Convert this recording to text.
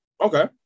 Okay